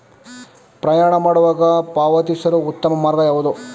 ಪ್ರಯಾಣ ಮಾಡುವಾಗ ಪಾವತಿಸಲು ಉತ್ತಮ ಮಾರ್ಗ ಯಾವುದು?